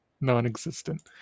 non-existent